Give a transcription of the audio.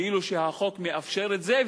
כאילו שהחוק מאפשר את זה,